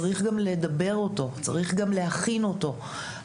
צריך לדבר אותו ולהכין אותו.